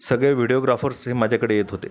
सगळे व्हिडीओग्राफर्स हे माझ्याकडे येत होते